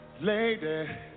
Lady